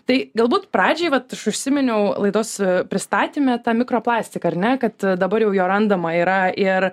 tai galbūt pradžiai vat aš užsiminiau laidos pristatyme tą mikro plastiką ar ne kad dabar jau jo randama yra ir